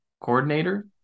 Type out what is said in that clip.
coordinator